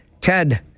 Ted